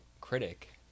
critic